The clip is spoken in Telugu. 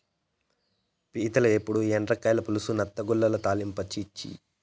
పీతల ఏపుడు, ఎండ్రకాయల పులుసు, నత్తగుల్లల తాలింపా ఛీ ఛీ